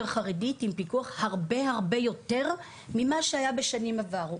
חרדית עם פיקוח הרבה הרבה יותר ממה שהיה בשנים עברו.